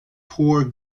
poor